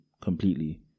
completely